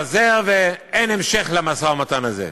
התפזר ואין המשך למשא-ומתן הזה.